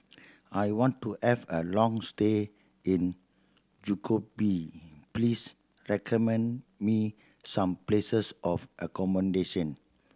I want to have a long stay in Skopje please recommend me some places of accommodation